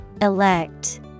Elect